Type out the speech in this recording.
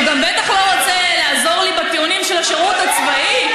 הוא גם בטח לא רוצה לעזור לי בטיעונים של השירות הצבאי.